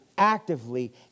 actively